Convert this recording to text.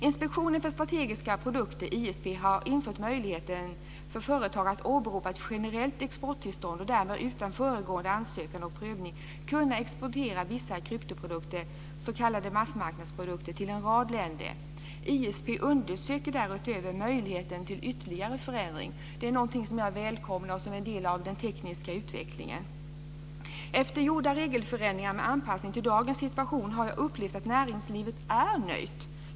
Inspektionen för strategiska produkter, ISP, har infört möjligheten för företag att åberopa ett generellt exporttillstånd och därmed utan föregående ansökan och prövning kunna exportera vissa kryptoprodukter, s.k. massmarknadsprodukter, till en rad länder. ISP undersöker därutöver möjligheten till ytterligare förändring. Det är något som jag välkomnar och som är en del av den tekniska utvecklingen. Efter gjorda regelförändringar med anpassning till dagens situation har jag upplevt att näringslivet är nöjt.